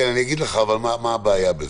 אני אגיד לך מה הבעיה בזה.